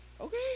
okay